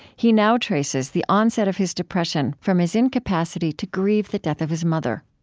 he now traces the onset of his depression from his incapacity to grieve the death of his mother